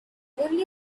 only